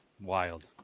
wild